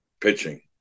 pitching